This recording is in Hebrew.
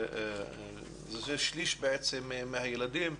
זה שליש בעצם מהילדים,